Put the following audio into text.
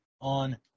on